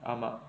ஆமா:aamaa